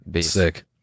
sick